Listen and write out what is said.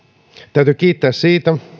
täytyy kiittää siitä